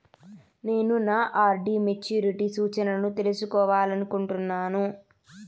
నేను నా RD maturity సూచనలను తెలుసుకోవాలనుకుంటున్నాను